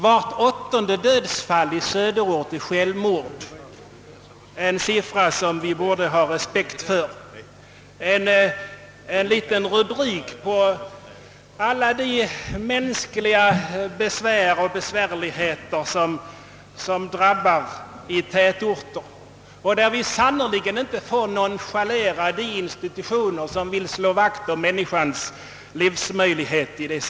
Vart åttonde dödsfall i Söderort beror på självmord — det är en siffra som vi borde ha respekt för och som speglar de besvärligheter som drabbar människorna i sådana tätorter. Därför får vi sannerligen inte nonchalera de institutioner som vill slå vakt om människans livsmöjligheter.